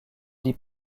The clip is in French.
dit